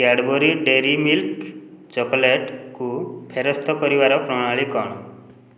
Cadbury dairy milk ଚକୋଲେଟ୍କୁ ଫେରସ୍ତ କରିବାର ପ୍ରଣାଳୀ କ'ଣ